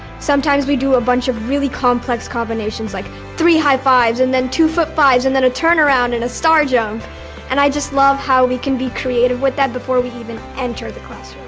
sometimes we do a bunch of really complex combinations like three high-fives and then two foot-fives and then a turnaround and a star jump and i just love how we can be creative with that before we even enter the classroom.